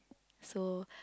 so